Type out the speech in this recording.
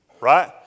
Right